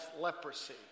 leprosy